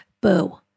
Boo